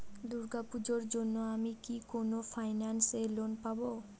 দূর্গা পূজোর জন্য আমি কি কোন ফাইন্যান্স এ লোন পাবো?